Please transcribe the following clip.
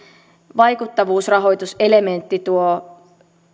vaikuttavuusrahoituselementti tuo